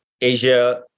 Asia